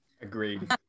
Agreed